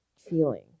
feeling